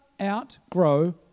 outgrow